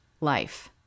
life